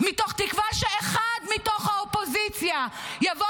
מתוך תקווה שאחד מתוך האופוזיציה יבוא